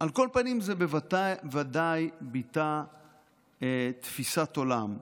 על כל פנים, זה ודאי ביטא תפיסת עולם.